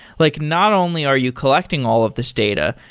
like not only are you collecting all of this data,